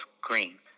green